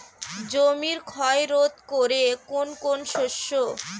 জমির ক্ষয় রোধ করে কোন কোন শস্য?